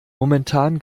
momentan